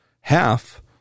half